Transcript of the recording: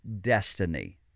destiny